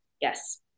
Yes